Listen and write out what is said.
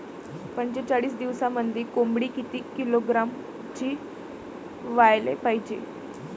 पंचेचाळीस दिवसामंदी कोंबडी किती किलोग्रॅमची व्हायले पाहीजे?